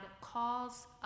calls